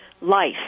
life